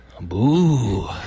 Boo